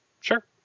sure